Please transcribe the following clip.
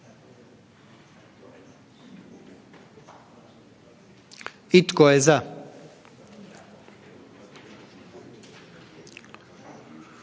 Tko je za?